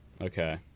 Okay